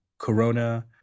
Corona